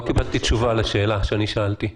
לא קיבלתי תשובה לשאלה ששאלתי.